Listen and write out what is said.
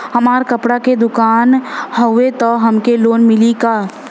हमार कपड़ा क दुकान हउवे त हमके लोन मिली का?